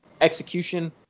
execution